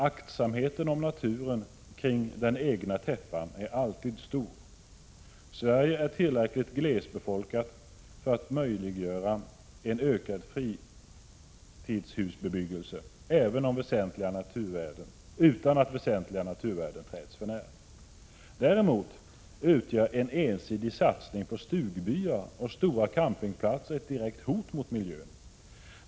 Aktsamheten om naturen kring den egna täppan är alltid stor. Sverige är tillräckligt glesbefolkat för att möjliggöra en ökad fritidshusbebyggelse utan att väsentliga naturvärden träds för när. Däremot utgör en ensidig satsning på stugbyar och stora campingplatser ett direkt hot mot miljön.